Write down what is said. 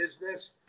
business